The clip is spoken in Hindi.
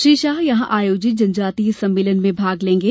श्री शाह यहां आयोजित जनजातीय सम्मेलन में भाग लेंगे